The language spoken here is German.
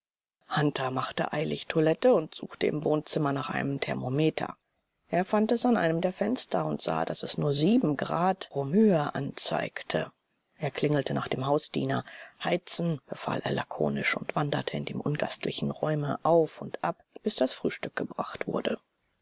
hunter machte eilig toilette und suchte im wohnzimmer nach einem thermometer er fand es an einem der fenster und sah daß es nur sieben grad reaumur anzeigte er klingelte nach dem hausdiener heizen befahl er lakonisch und wanderte in dem ungastlichen räume auf und ab bis das frühstück gebracht wurde